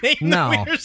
no